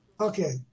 Okay